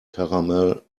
caramel